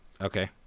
Okay